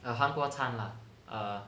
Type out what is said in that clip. ah 韩国餐啦 err